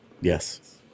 Yes